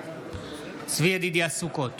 צבי ידידיה סוכות,